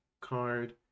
card